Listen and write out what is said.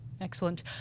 Excellent